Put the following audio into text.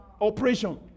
operation